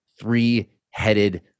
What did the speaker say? three-headed